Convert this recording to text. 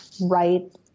right